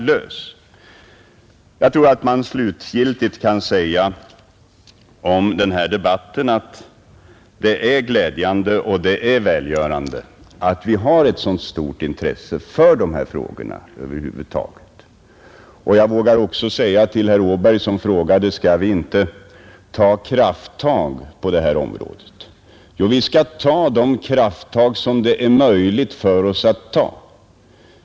Men jag kan ändå slutligen säga att det är glädjande och välgörande att det finns ett så stort allmänt intresse för dessa frågor. Herr Åberg frågade sedan om vi inte nu skall ta krafttag på detta område. Jo, vi skall ta de krafttag som är möjliga att ta.